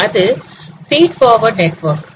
அது feed forward network